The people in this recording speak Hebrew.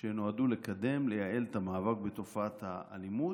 שנועדו לקדם ולייעל את המאבק בתופעת האלימות.